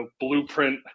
blueprint